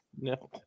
No